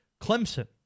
Clemson